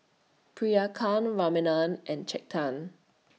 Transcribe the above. Priyanka Ramanand and Chetan